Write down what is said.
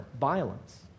violence